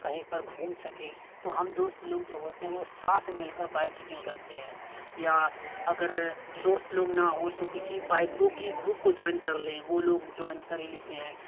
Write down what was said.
कहीं पर घूम सके तो हम दोस्त लोग जो होते हैं साथ में लेकर बाइक ट्रिपिंग करते हैं या अगर दोस्त लोग ना हो तो किसी बाइकरों के ग्रुप को ज्वाइन कर ले वो लोग ज्वाइन कर लेते हैं